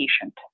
patient